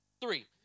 three